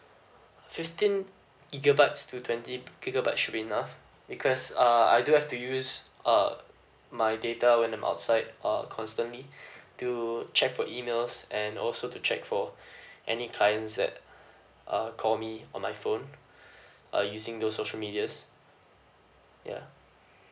fifteen gigabytes to twenty gigabytes should be enough because uh I do have to use uh my data when I'm outside uh constantly to check for emails and also to check for any clients that uh call me on my phone uh using those social medias ya